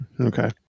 okay